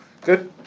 Good